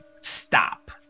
stop